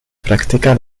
practica